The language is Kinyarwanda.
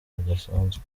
bidasanzwe